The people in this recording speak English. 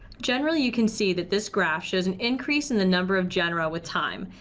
generally you can see that this graph shows an increase in the number of genera with time,